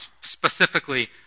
Specifically